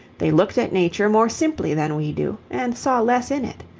they looked at nature more simply than we do and saw less in it.